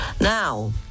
Now